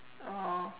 oh